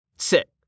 Sit